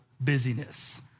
busyness